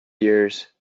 years